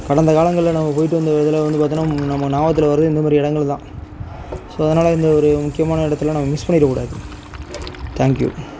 கடந்த காலங்களில் நம்ம போய்விட்டு வந்த இதில் வந்து பார்த்தோன்னா நம்ப ஞாபகத்தில் வரது இந்த மேரி இடங்கள் தான் ஸோ அதனால் இந்த ஒரு முக்கியமான இடத்தலாம் நாங்கள் மிஸ் பண்ணிடக்கூடாது தேங்க் யூ